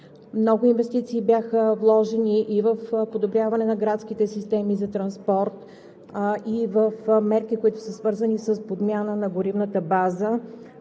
Много инвестиции бяха вложени и в подобряване на градските системи за транспорт, и в мерки, които са свързани с подмяна на горивната база